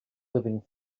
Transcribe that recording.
living